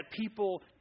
people